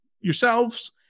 yourselves